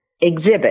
exhibit